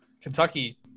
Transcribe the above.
Kentucky